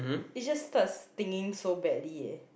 it just starts stinging so badly eh